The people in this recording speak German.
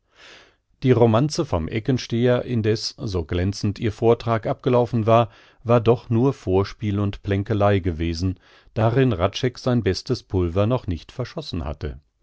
die romanze vom eckensteher indeß so glänzend ihr vortrag abgelaufen war war doch nur vorspiel und plänkelei gewesen darin hradscheck sein bestes pulver noch nicht verschossen hatte